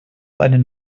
einen